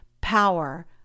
power